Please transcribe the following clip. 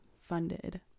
funded